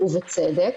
ובצדק.